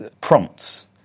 prompts